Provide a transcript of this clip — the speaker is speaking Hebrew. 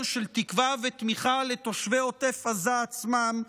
של תקווה ותמיכה לתושבי עוטף עזה עצמם,